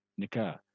nikah